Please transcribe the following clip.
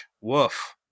Woof